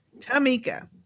Tamika